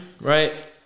right